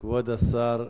כבוד השר,